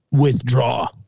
withdraw